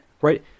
Right